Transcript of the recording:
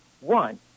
one